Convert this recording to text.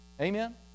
Amen